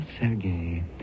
Sergei